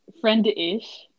friend-ish